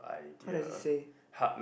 what does it say